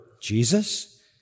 Jesus